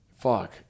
fuck